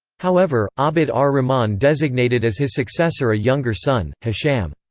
however, abd ah ar-rahman designated as his successor a younger son, hisham.